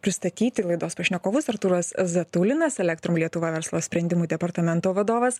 pristatyti laidos pašnekovus artūras zataulinas elektrum lietuva verslo sprendimų departamento vadovas